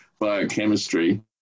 biochemistry